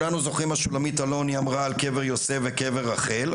אנחנו כולנו זוכרים מה שולמית אלוני אמרה על קבר יוסף וקבר רחל,